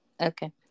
Okay